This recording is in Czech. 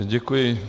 Děkuji.